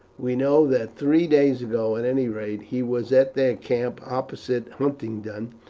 we know that three days ago at any rate he was at their camp opposite huntingdon,